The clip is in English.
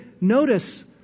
Notice